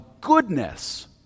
goodness